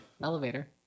elevator